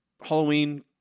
halloween